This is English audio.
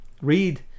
read